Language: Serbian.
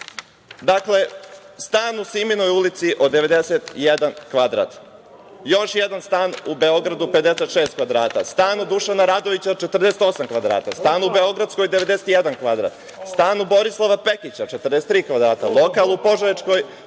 danas. Dakle, stan u Siminoj ulici od 91 kvadrat. Još jedan stan u Beogradu, 56 kvadrata. Stan u Dušana Radovića od 48 kvadrata. Stan u Beogradskoj, 91 kvadrat. Stan u Borislava Pekića, 43 kvadrata. Lokal u Požarevačkoj,